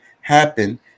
happen